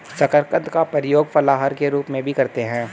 शकरकंद का प्रयोग फलाहार के रूप में भी करते हैं